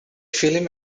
film